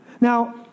Now